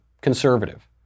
conservative